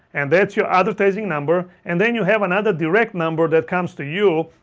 and that's your advertising number and then you have another direct number that comes to you,